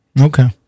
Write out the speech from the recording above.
Okay